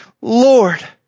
Lord